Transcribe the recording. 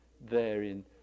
therein